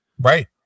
Right